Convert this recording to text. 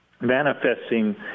manifesting